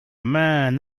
man